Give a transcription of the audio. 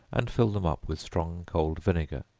and fill them up with strong cold vinegar.